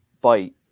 bite